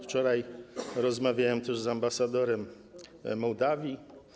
Wczoraj rozmawiałem też z ambasadorem Mołdawii.